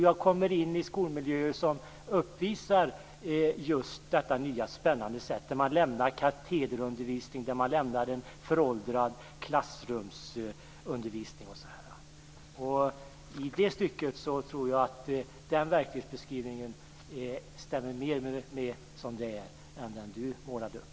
Jag kommer in i skolmiljöer som uppvisar just detta nya, spännande sätt att arbeta där man lämnar katederundervisning, där man lämnar en föråldrad klassrumsundervisning osv. Jag tror att den verklighetsbeskrivningen stämmer bättre med hur det här än den som Sten Andersson målade upp.